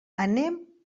anem